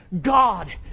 God